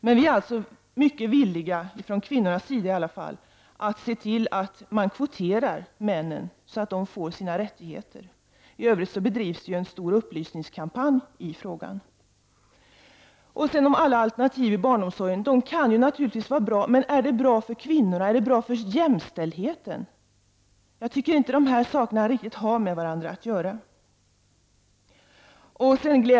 Men vi är mycket villiga, åtminstone från kvinnornas sida, att se till att man kvoterar föräldraledigheten så att männen får sina rättigheter. I övrigt bedrivs det ju en stor upplysningskampanj i frågan. Alla alternativ inom barnomsorgen kan naturligtvis vara bra, men är de bra för kvinnorna och jämställdheten? Jag tycker inte att dessa saker har riktigt med varandra att göra.